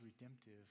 redemptive